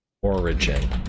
Origin